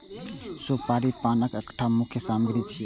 सुपारी पानक एकटा मुख्य सामग्री छियै